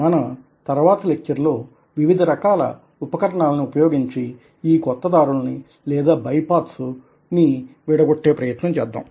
మన మన తర్వాతి లెక్చర్ లో వివిధ రకాల ఉపకరణాలని ఉపయోగించి ఈ కొత్త దారుల్ని లేదా బైపాత్స్ ని విడగొట్టే ప్రయత్నం చేద్దాం